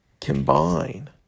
combine